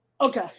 Okay